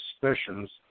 suspicions